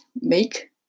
make